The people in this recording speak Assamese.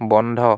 বন্ধ